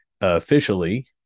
Officially